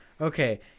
okay